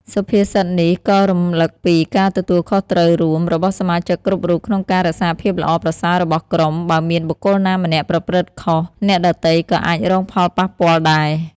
សុភាសិតនេះក៏រំលឹកពី ការទទួលខុសត្រូវរួម របស់សមាជិកគ្រប់រូបក្នុងការរក្សាភាពល្អប្រសើររបស់ក្រុម បើមានបុគ្គលណាម្នាក់ប្រព្រឹត្តខុស អ្នកដទៃក៏អាចរងផលប៉ះពាល់ដែរ។